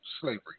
Slavery